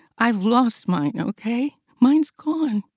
i've lost mine. okay? mine's gone.